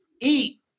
eat